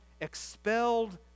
expelled